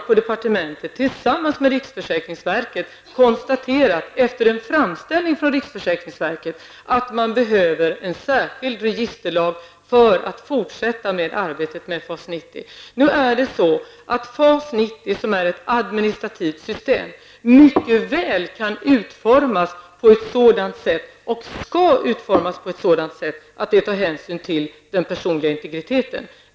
På departementet har vi tillsammans med riksförsäkringsverket efter en framställning från verket konstaterat att man behöver en särskild registerlag för att kunna fortsätta arbetet med FAS 90. Nu kan FAS 90, som är ett administrativt system, mycket väl kan utformas på ett sådant sätt, och skall utformas på ett sådant sätt, att hänsyn tas till den personliga integriteten.